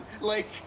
like-